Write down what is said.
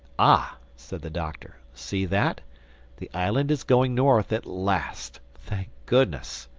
ah! said the doctor, see that the island is going north at last. thank goodness!